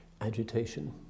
agitation